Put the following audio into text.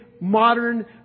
modern